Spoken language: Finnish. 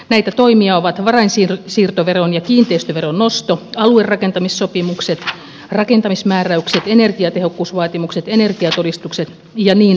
näitä toimia ovat varainsiirtoveron ja kiinteistöveron nosto aluerakentamissopimukset rakentamismääräykset energiatehokkuusvaatimukset energiatodistukset ja niin edelleen